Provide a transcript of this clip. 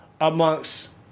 amongst